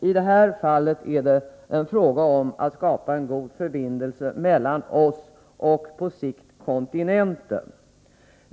I det här fallet är det fråga om att skapa en god förbindelse mellan vårt land och — på sikt — kontinenten.